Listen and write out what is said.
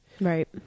Right